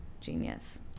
genius